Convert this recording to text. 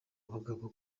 abagabo